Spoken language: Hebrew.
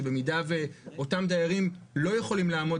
שבמידה ואותם דיירים לא יכולים לעמוד